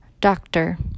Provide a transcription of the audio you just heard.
Doctor